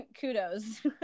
kudos